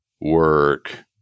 work